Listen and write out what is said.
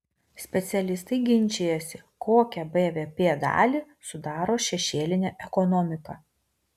specialistai ginčijasi kokią bvp dalį sudaro šešėlinė ekonomika